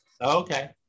Okay